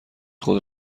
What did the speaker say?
خود